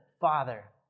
father